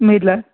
ਨਹੀਂ ਲੇ